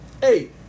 Hey